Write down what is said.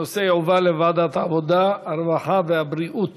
הנושא יועבר לוועדת העבודה, הרווחה והבריאות